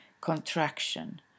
contraction